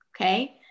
okay